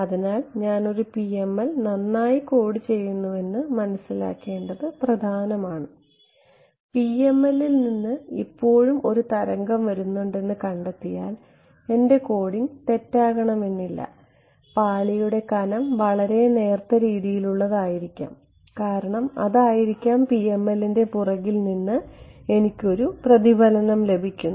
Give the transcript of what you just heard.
അതിനാൽ ഞാൻ ഒരു PML നന്നായി കോഡ് ചെയ്യുന്നുവെന്ന് മനസ്സിലാക്കേണ്ടത് പ്രധാനമാണ് PML ൽ നിന്ന് ഇപ്പോഴും ഒരു തരംഗം വരുന്നുണ്ടെന്ന് കണ്ടെത്തിയാൽ എന്റെ കോഡിംഗ് തെറ്റ് ആകണമെന്നില്ല പാളിയുടെ കനം വളരെ നേർത്ത രീതിയിലുള്ളത് ആയിരിക്കാം കാരണം അതായിരിക്കാം PML ന്റെ പുറകിൽ നിന്ന് എനിക്ക് ഒരു പ്രതിഫലനം ലഭിക്കുന്നത്